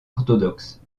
orthodoxe